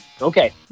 Okay